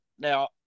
Now